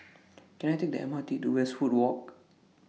Can I Take The M R T to Westwood Walk